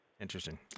Interesting